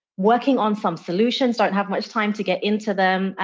working on some solutions, don't have much time to get into them,